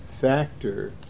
factor